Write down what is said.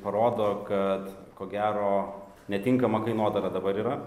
parodo kad ko gero netinkama kainodara dabar yra